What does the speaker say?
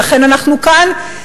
ולכן אנחנו כאן,